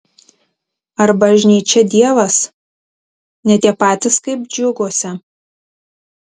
ar bažnyčia dievas ne tie patys kaip džiuguose